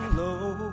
low